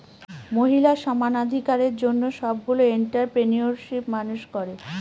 মহিলা সমানাধিকারের জন্য সবগুলো এন্ট্ররপ্রেনিউরশিপ মানুষ করে